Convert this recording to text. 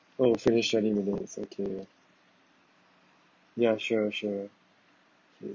oh finish twenty minutes okay ya sure sure